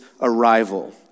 arrival